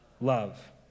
Love